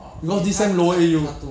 because this sem lower A_U